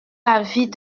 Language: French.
l’avis